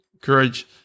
courage